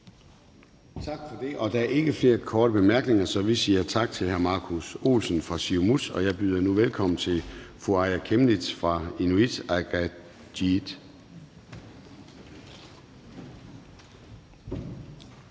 Tak for det. Der er ikke flere korte bemærkninger, så vi siger tak til hr. Markus E. Olsen fra Siumut. Jeg byder nu velkommen til fru Aaja Chemnitz fra Inuit Ataqatigiit.